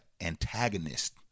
antagonist